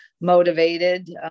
motivated